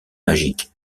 magique